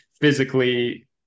physically